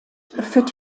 führt